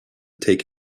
take